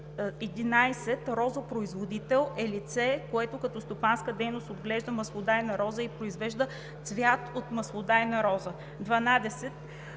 11. „Розопроизводител“ е лице, което като стопанска дейност отглежда маслодайна роза и произвежда цвят от маслодайна роза. 12.